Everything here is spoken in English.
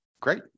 great